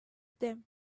them